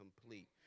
complete